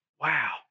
Wow